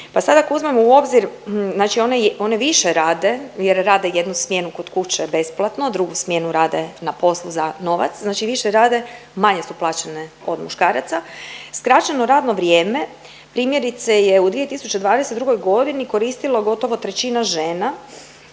Pa sada ako uzmemo u obzir znači one više rade jer rade jednu smjenu kod kuće besplatno, drugu smjenu rade na poslu za novac, znači više rade, manje su plaćene od muškaraca. Skraćeno radno vrijeme primjerice je u 2022. godini koristilo gotovo trećina žena